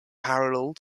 parallel